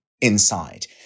inside